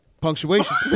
Punctuation